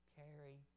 carry